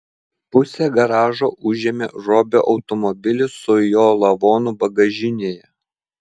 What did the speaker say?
pusę garažo užėmė robio automobilis su jo lavonu bagažinėje